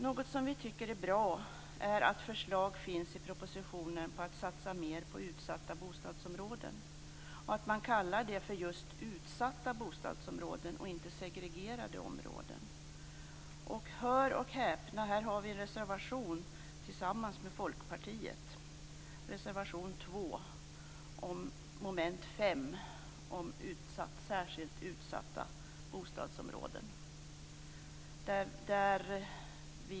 Något som vi tycker är bra är att förslag finns i propositionen om att satsa mer på utsatta bostadsområden och att man kallar det just utsatta bostadsområden och inte segregerade områden. Hör och häpna: här har vi en reservation tillsammans med Kristdemokraterna - reservation 2 mom. 5 om särskilt utsatta bostadsområden.